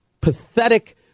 pathetic